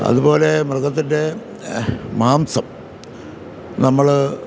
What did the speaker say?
അതുപോലെ മൃഗത്തിൻ്റെ മാംസം നമ്മൾ